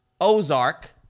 ozark